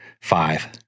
five